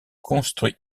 construits